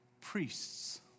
priests